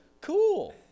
cool